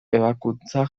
ebakuntza